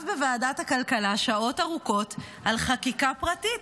בוועדת הכלכלה שעות ארוכות על חקיקה פרטית.